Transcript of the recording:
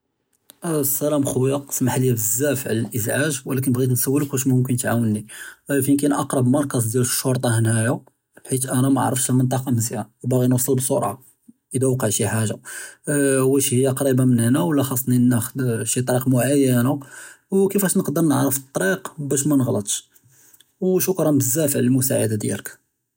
אָה סְּלָאם חְ'וּיָא סְמַחְלִי בְּזָאפ עַלָא אֶלְאִזְעָאג' וְלָכִּן בְּעְ'ית נְסַאוֶולֶכּ וָאש מֻמְכִּין תְעָאוֶונִי אָה פִין כָּאִין אַקְרַב מַרְכָּז דִּיַאל אֶלְשֻׁרְטָה הְנָאיָא חִית אַנָא מַעְרֶפְּש אֶלְמַנְטִקָה מְזִיָאן וּבָּעְ'י נְוְסַל בְּסֻרְעָה אִילָא וְקַע שִׁי חָאגָ'ה וְאָה וָאש הִיָא קְרִיבָּה מִן הְנָא וְלָא חְ'צְנִי נָאחְ'ד שִׁי טְרִיק מֻעַיָּנָה וְכִיפָּאש נְקְדֶר נְעְרֶף אֶטְטְרִיק בָּאש מַנְעְ'לָטְשׁ וְשֻׁכְּרָאן בְּזָאפ עַלָא אֶלְמְסָאעְדָה דִּיַאלֶכּ.